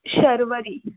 Sharvari